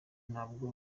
ntabwo